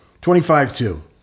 Twenty-five-two